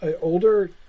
older